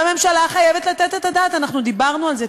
והממשלה חייבת לתת את הדעת, אנחנו דיברנו על זה.